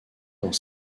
dans